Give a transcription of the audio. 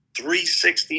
360